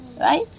right